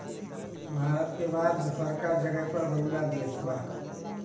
भारत के बाद दूसरका जगह पर बांग्लादेश बा